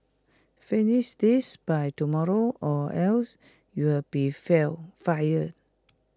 finish this by tomorrow or else you'll be feel fired